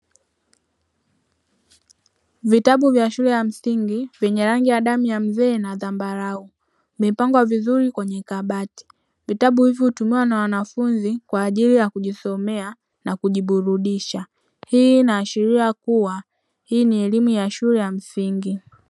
Vitabu vya shule ya msingi venye rangi ya damu ya mzee na zambarau, vimepangwa vizuri kwenye kabati. Vitabu hivyo vinatumiwa na wanafunzi kwa ajili ya kujisomea na kujiburudisha, hii inaashiria kuwa hii ni elimu ya shule ya msingi.